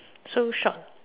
so short